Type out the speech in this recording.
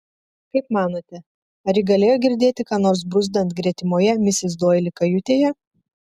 kaip manote ar ji galėjo girdėti ką nors bruzdant gretimoje misis doili kajutėje